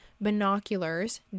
binoculars